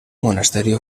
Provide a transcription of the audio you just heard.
monasterio